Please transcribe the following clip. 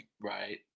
Right